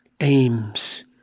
aims